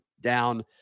down